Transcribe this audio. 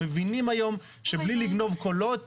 מבינים היום שבלי לגנוב קולות